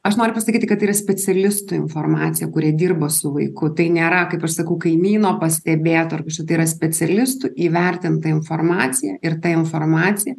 aš noriu pasakyti kad tai yra specialistų informacija kurie dirbo su vaiku tai nėra kaip aš sakau kaimyno pastebėto ar kažkokio tai yra specialistų įvertinta informacija ir ta informacija